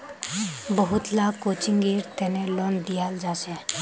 बहुत ला कोचिंगेर तने लोन दियाल जाछेक